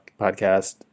podcast